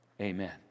Amen